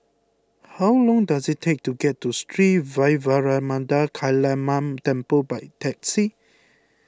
how long does it take to get to Sri Vairavimada Kaliamman Temple by taxi